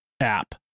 app